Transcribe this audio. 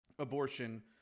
Abortion